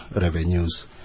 revenues